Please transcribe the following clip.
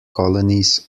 colonies